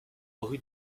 rue